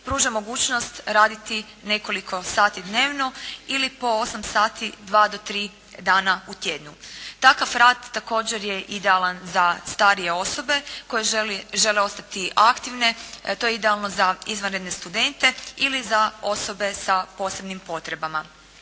pruža mogućnost raditi nekoliko sati dnevno ili po 8 sati, 2 do 3 dana u tjednu. Takav rad također je idealan za starije osobe koje žele ostati aktivne, to je idealno za izvanredne studente ili za osobe sa posebnim potrebama.